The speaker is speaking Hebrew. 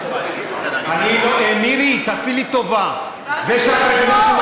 דיברת 20 דקות.